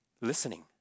listening